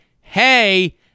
hey